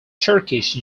turkish